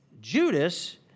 Judas